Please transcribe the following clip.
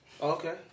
Okay